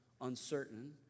uncertain